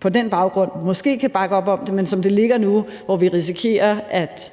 på den baggrund måske kan bakke op om det. Men som det ligger nu, hvor vi risikerer at